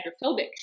hydrophobic